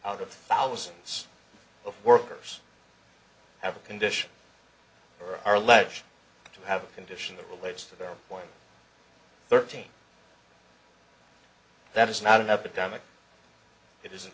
out of thousands of workers have a condition or are alleged to have a condition that relates to their point thirteen that is not an epidemic it is